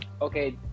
Okay